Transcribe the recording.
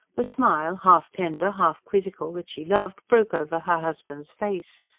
the smile, half-tender, half-quizzical that she loved, broke over her husband's face.